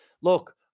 look